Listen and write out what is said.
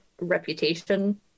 reputation